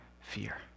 fear